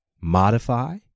modify